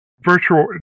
virtual